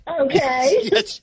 Okay